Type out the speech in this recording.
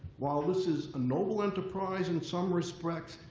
while this is a noble enterprise in some respects,